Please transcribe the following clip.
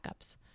Backups